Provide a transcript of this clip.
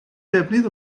defnydd